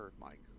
Mike